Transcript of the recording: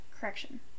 Correction